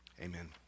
amen